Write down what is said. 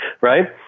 Right